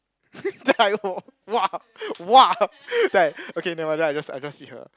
then I !wah! !wah! then I okay never mind then I just I just feed her